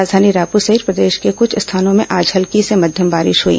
राजधानी रायपुर सहित प्रदेश के कुछ स्थानों में आज हल्की से मध्यम बारिश हई